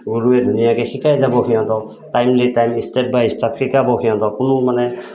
গুৰুৱে ধুনীয়াকৈ শিকাই যাব সিহঁতক timely time step by step শিকাব সিহঁতক কোনো মানে